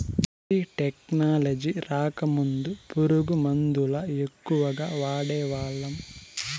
BT technology రాకముందు పురుగు మందుల ఎక్కువగా వాడేవాళ్ళం